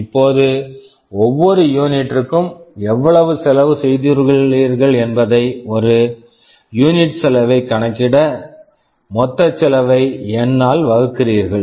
இப்போது ஒவ்வொரு unit unit ற்கும் எவ்வளவு செலவு செய்துள்ளீர்கள் என்பதை ஒரு யூனிட் unitசெலவை கணக்கிட மொத்த செலவை என் N ஆல் வகுக்கிறீர்கள்